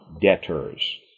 debtors